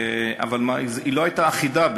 אבל היא לא הייתה אחידה,